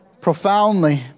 Profoundly